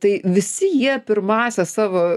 tai visi jie pirmąsias savo